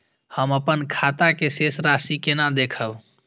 हम अपन खाता के शेष राशि केना देखब?